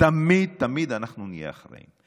תמיד תמיד אנחנו נהיה האחראים,